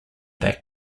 that